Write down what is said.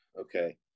okay